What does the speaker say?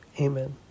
Amen